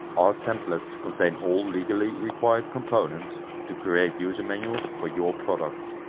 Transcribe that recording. our templates contain all legally required components to create user manuals for your product.